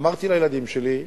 אמרתי לילדים שלי: